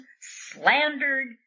slandered